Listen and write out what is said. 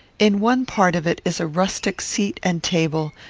in one part of it is a rustic seat and table,